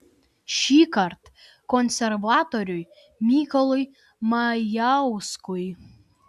šįkart konservatoriui mykolui majauskui